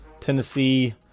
Tennessee